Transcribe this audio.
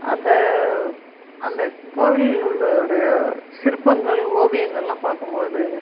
அந்த அந்த கோவிலில் உள்ள உடைய சிற்பங்கள் ஓவியங்களெல்லாம் பார்க்கும்போது